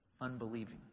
unbelieving